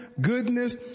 goodness